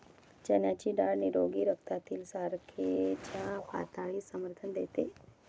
चण्याची डाळ निरोगी रक्तातील साखरेच्या पातळीस समर्थन देते